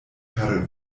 per